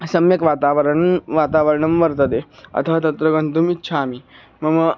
सम्यक् वातावरणं वातावरणं वर्तते अतः तत्र गन्तुम् इच्छामि मम